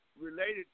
related